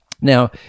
Now